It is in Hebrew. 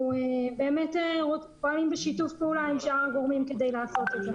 אנחנו פועלים בשיתוף פעולה עם שאר הגורמים כדי לעשות את זה.